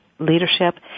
Leadership